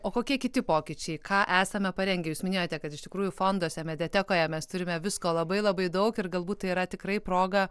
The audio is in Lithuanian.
o kokie kiti pokyčiai ką esame parengę jūs minėjote kad iš tikrųjų fonduose mediatekoje mes turime visko labai labai daug ir galbūt tai yra tikrai proga